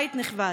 בית נכבד,